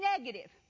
negative